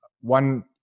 one